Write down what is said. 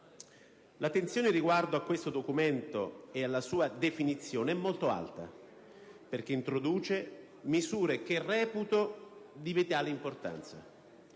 L'attenzione riguardo a questo documento e alla sua definizione è molto alta, perché introduce misure che reputo di vitale importanza